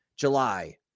July